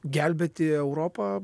gelbėti europą